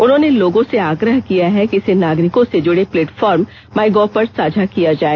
उन्होंने लोगों से आग्रह किया कि इसे नागरिकों से जुड़े प्लेट फॉरम माईगोव पर साझा किया जाए